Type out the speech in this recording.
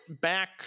back